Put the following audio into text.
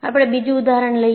આપણે બીજું ઉદાહરણ લઈએ